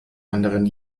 anderen